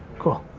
cool.